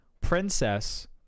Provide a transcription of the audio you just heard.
Princess